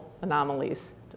anomalies